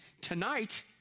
tonight